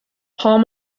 palm